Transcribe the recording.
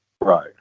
Right